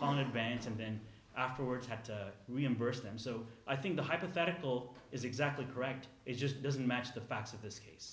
on advance and then afterwards had to reimburse them so i think the hypothetical is exactly correct it just doesn't match the facts of this case